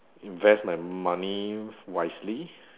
invest my money wisely